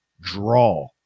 draw